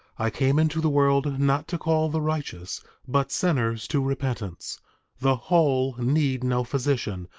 i came into the world not to call the righteous but sinners to repentance the whole need no physician,